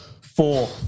four